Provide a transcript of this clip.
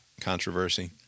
Controversy